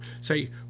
Say